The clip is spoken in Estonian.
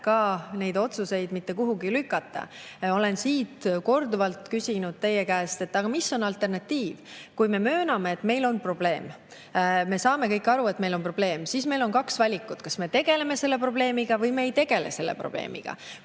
ole neid otsuseid ka mitte kuhugi edasi lükata. Olen teie käest siit korduvalt küsinud: mis on alternatiiv? Kui me mööname, et meil on probleem, ja me saame kõik aru, et meil on probleem, siis on kaks valikut: kas me tegeleme selle probleemiga või me ei tegele selle probleemiga.